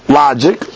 logic